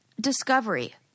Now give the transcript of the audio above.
discovery